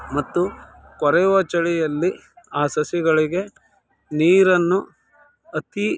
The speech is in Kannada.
ಮತ್ತು ಕೊರೆಯುವ ಚಳಿಯಲ್ಲಿ ಆ ಸಸಿಗಳಿಗೆ ನೀರನ್ನು ಅತೀ